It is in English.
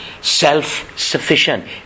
self-sufficient